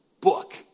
book